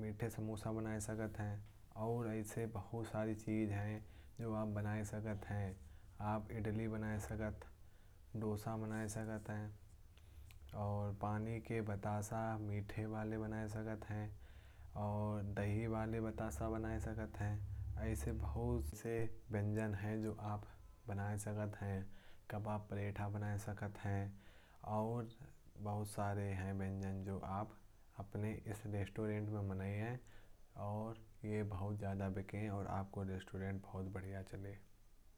मीठा समोसा बना सकते हैं। और ऐसे बहुत सारी चीजें हैं जो आप बना सकते हैं। आप इडली बना सकते हैं डोसा बना सकते हैं। पानी के बतासे मीठा वाला बना सकते हैं और दही वाले बतासे भी बना सकते हैं। ऐसे बहुत से व्यंजन हैं जो आप बना सकते हैं। कबाब प्लेटर बना सकते हैं और बहुत सारे और व्यंजन हैं। जो आप अपने रेस्टोरेंट में बना सकते हैं। यह सब चीजें बहुत ज्यादा बिकेंगी और आपका रेस्टोरेंट बहुत अच्छे से चलेगा।